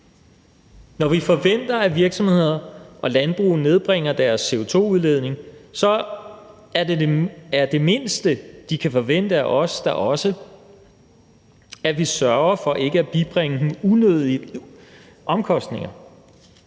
Når vi forventer, at virksomheder og landbrug nedbringer deres CO2-udledning, så er det mindste, de kan forvente af os, da også, at vi sørger for ikke at bibringe dem unødige omkostninger.